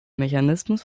mechanismus